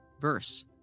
verse